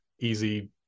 easy